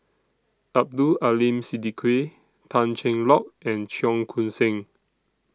Abdul Aleem Siddique Tan Cheng Lock and Cheong Koon Seng